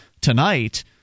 tonight